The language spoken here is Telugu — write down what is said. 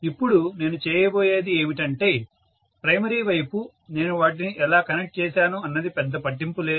ఇప్పుడు నేను చేయబోయేది ఏమిటంటే ప్రైమరీ వైపు నేను వాటిని ఎలా కనెక్ట్ చేశాను అన్నది పెద్ద పట్టింపు లేదు